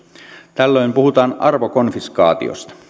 tällöin puhutaan arvokonfiskaatiosta